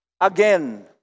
again